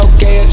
Okay